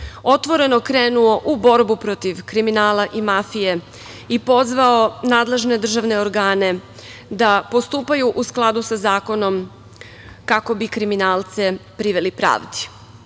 otvoreno krenuo u borbu protiv kriminala i mafije i pozvao nadležne državne organe da postupaju u skladu sa zakonom kako bi kriminalce priveli pravdi. Moramo